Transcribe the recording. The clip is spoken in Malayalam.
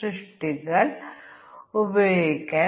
ഇപ്പോൾ ഇത് ചെയ്യാൻ ശ്രമിക്കുക